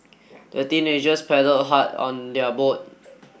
the teenagers paddled hard on their boat